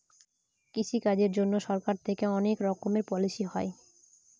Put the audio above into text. কৃষি কাজের জন্যে সরকার থেকে অনেক রকমের পলিসি হয়